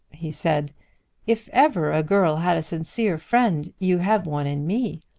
he said if ever a girl had a sincere friend, you have one in me.